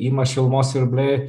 ima šilumos siurbliai